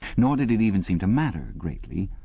nor did it even seem to matter greatly.